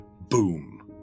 boom